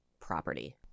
property